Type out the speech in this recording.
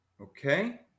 okay